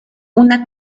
una